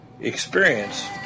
Experience